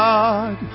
God